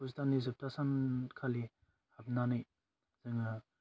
फुस दाननि जोबथा सान खालि हाबनानै जोङो